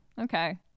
okay